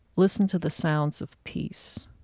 listen to the sounds of peace.